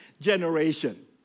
generation